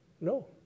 No